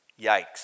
Yikes